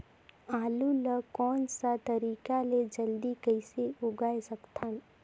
आलू ला कोन सा तरीका ले जल्दी कइसे उगाय सकथन?